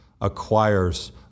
acquires